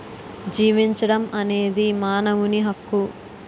జీవించడం అనేది మానవుని హక్కు